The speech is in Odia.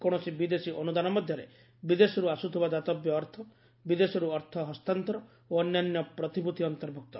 କୌଣସି ବିଦେଶୀ ଅନୁଦାନ ମଧ୍ୟରେ ବିଦେଶରୁ ଆସୁଥିବା ଦାତବ୍ୟ ଅର୍ଥ ବିଦେଶରୁ ଅର୍ଥ ହସ୍ତାନ୍ତର ଓ ଅନ୍ୟାନ୍ୟ ପ୍ରତିଭ୍ଡିତ ଅନ୍ତର୍ଭୁକ୍ତ